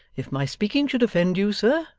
if my speaking should offend you, sir,